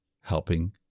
helping